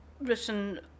written